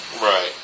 Right